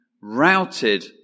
routed